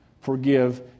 forgive